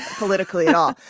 politically at all.